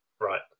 Right